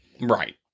right